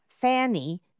Fanny